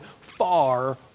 far